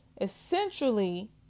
Essentially